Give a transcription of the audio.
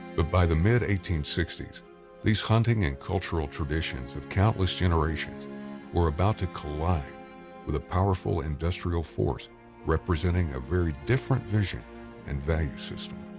but by the mid eighteen sixty s these hunting and cultural traditions of countless generations were about to collide with a powerful industrial force representing a very different vision and value.